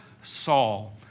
Saul